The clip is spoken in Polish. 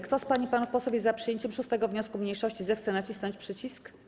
Kto z pań i panów posłów jest za przyjęciem 6. wniosku mniejszości, zechce nacisnąć przycisk.